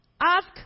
Ask